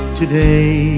today